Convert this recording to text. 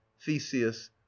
theseus